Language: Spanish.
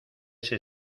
ese